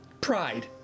Pride